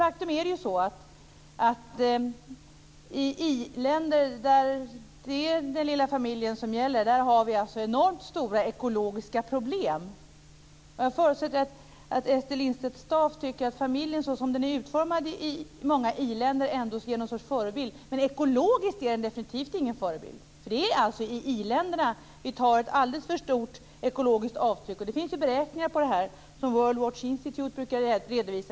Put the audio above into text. Faktum är att vi i i-länder, där det är den lilla familjen som gäller, har enormt stora ekologiska problem. Jag förutsätter att Ester Lindstedt-Staaf tycker att familjen som den är utformad i många i-länder skall utgöra någon sorts förebild. Men ekologiskt är den definitivt ingen förebild. Det är alltså i i-länderna vi gör ett alldeles för stort ekologiskt avtryck. Det finns beräkningar som World Watch Institute brukar redovisa.